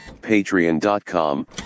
patreon.com